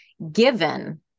given